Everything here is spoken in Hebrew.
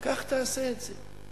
קח תעשה את זה.